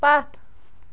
پتھ